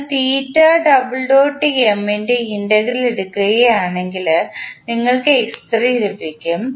നിങ്ങൾ ൻറെ ഇന്റഗ്രൽ എടുക്കുകയാണെങ്കിൽ നിങ്ങൾക്ക് x3 ലഭിക്കും